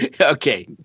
Okay